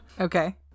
Okay